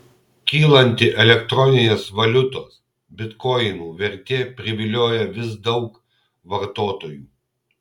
kylanti elektroninės valiutos bitkoinų vertė privilioja vis daug vartotojų